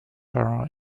her